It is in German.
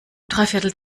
dreiviertel